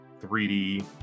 3D